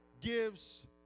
gives